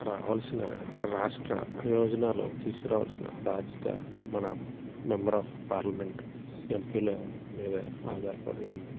రావాలసిన రాష్ట్ర ప్రయోజనాలు తీసుకురావల్సిన బాధ్యత మన మెంబర్ ఆఫ్ పార్లమెంట్ ఎంపీల మీదే ఆధారపడి ఉంది